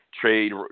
trade